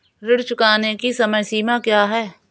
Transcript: ऋण चुकाने की समय सीमा क्या है?